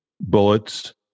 Bullets